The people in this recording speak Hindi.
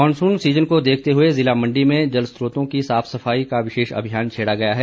मॉनसून सीजन को देखते हुए जिला मंडी में जल स्त्रोतों की साफ सफाई के विशेष अभियान छेड़ा गया है